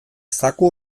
zaku